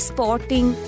Sporting